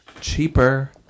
cheaper